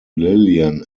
lillian